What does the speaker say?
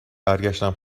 برگشتم